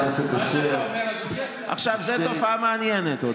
עכשיו, זו תופעה מעניינת.